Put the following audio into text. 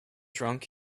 drunk